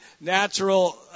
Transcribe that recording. natural